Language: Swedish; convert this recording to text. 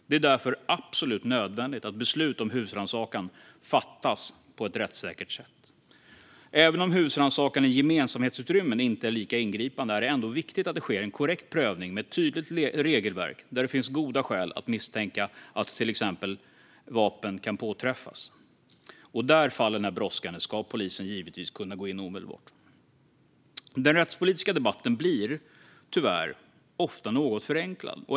Det är därför absolut nödvändigt att beslut om husrannsakan fattas på ett rättssäkert sätt. Även om husrannsakan i gemensamhetsutrymmen inte är lika ingripande är det ändå viktigt att det sker en korrekt prövning med ett tydligt regelverk när det finns goda skäl att misstänka att till exempel vapen kan påträffas. I fall då det är brådskande ska polisen givetvis kunna gå in omedelbart. Den rättspolitiska debatten blir tyvärr ofta något förenklad.